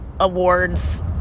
Awards